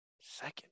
Second